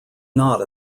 not